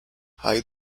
hay